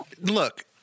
Look